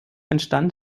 entstand